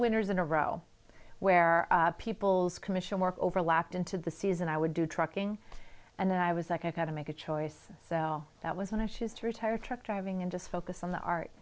winters in a row where people's commission work overlapped into the season i would do trucking and then i was like i gotta make a choice cell that was and i just retired truck driving and just focus on the art